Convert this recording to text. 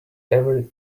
ever